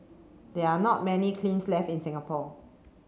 there are not many kilns left in Singapore